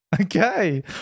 Okay